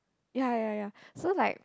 ya ya ya ya so like